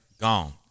Gone